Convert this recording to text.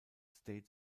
states